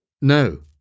No